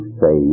say